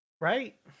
Right